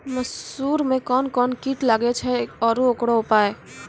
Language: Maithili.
मसूर मे कोन कोन कीट लागेय छैय आरु उकरो उपाय?